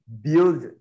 build